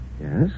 Yes